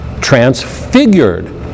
transfigured